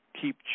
keep